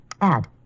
Add